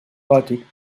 gòtic